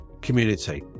Community